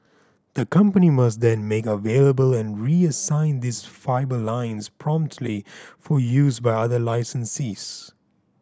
the company must then make available and reassign these fibre lines promptly for use by other licensees